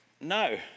No